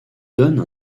donne